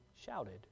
shouted